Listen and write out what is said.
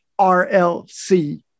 rlc